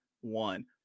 one